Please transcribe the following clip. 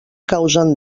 causen